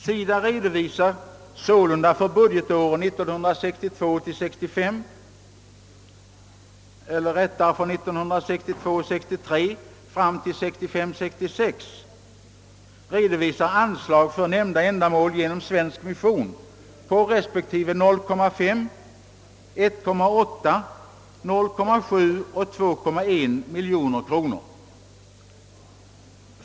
SIDA redovisar sålunda för budgetåren 1962 66 anslag för nämnda ändamål genom svensk mission på respektive 0,5, 1,8, 0,7 och 2,1 miljoner kronor.